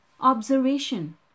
observation